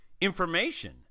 information